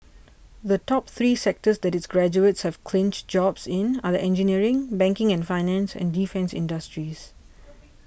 the top three sectors that its graduates have clinched jobs in are the engineering banking and finance and defence industries